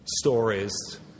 stories